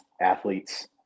athletes